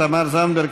תמר זנדברג,